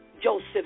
Joseph